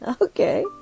Okay